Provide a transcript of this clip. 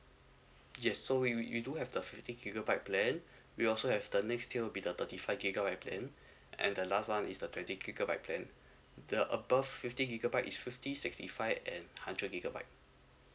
yes so we we we do have the fifty gigabyte plan we also have the next year will be the thirty five gigabyte plan and the last one is the twenty gigabyte plan the above fifty gigabyte is fifty sixty five and hundred gigabyte